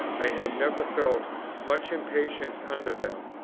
i have never felt much impatience under them,